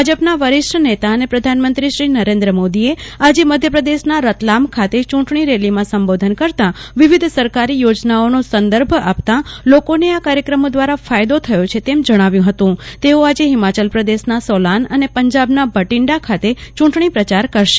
ભાજપના વરિષ્ઠ નેતા અને પ્રધાનમંત્રી શ્રી નરેન્દ્ર મોદીએ આજે મધ્યપ્રદેશના રતલામ ખાતે ચૂંટણીરેલીમાં સંબો ધન કરતાં વિવિધ સરકારી યો જનાઓ નો સંદર્ભ આપતા લો કો ને આ કાર્ય ક્રમો દ્વારા ફાયદો થયો છે તે મ જણાવ્યું હતું તેઓહિમાચલપ્રદેશના સોલાન અને પંજાબના ભટીન્ડા ખાતે ચૂંટણી પ્રચાર કરશે